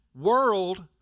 world